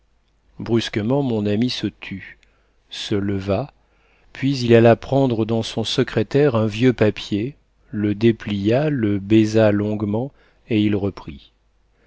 brusquement mon ami se tut se leva puis il alla prendre dans son secrétaire un vieux papier le déplia le baisa longuement et il reprit